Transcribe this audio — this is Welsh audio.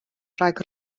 rhag